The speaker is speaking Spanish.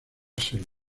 selva